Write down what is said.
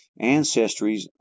ancestries